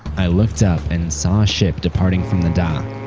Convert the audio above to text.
i looked up and saw a departing from the dock.